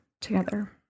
together